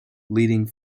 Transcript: leading